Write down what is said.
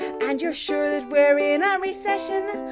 and you're sure that we're in a recession,